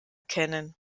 kennen